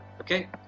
okay